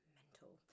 mental